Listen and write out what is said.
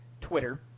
Twitter